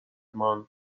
ماند